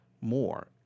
more